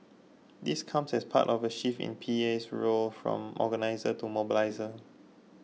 this comes as part of a shift in PA's role from organiser to mobiliser